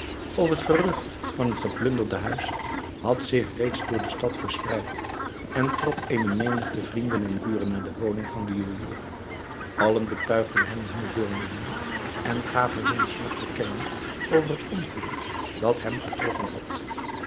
of het gerucht van het geplunderde huis had zich reeds door de stad verspreid en trok eene menigte vrienden en buren naar de woning van den juwelier allen betuigden hem hunne deelneming en gaven hunne smart te kennen over het ongeluk dat hem getroffen had